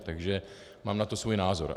Takže mám na to svůj názor.